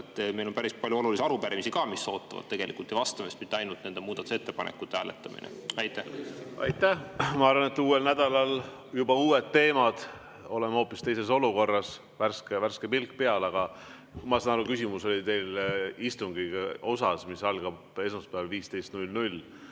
Meil on ka päris palju olulisi arupärimisi, mis ootavad tegelikult ju vastamist, mitte ainult nende muudatusettepanekute hääletamine. Aitäh! Ma arvan, et uuel nädalal on juba uued teemad, oleme hoopis teises olukorras, värske pilguga. Ma saan aru, et küsimus oli teil istungi kohta, mis algab esmaspäeval 15.00.